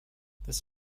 this